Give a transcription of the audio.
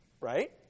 right